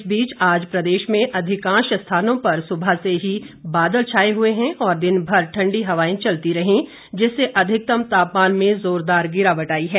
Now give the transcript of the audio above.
इस बीच आज प्रदेश में अधिकांश स्थानों पर सुबह से ही बादल छाए हुए हैं और दिन भर ठंडी हवाएं चलती रही जिससे अधिकतम तापमान में जोरदार गिरावट आई है